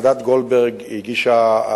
ועדת-גולדברג הגישה,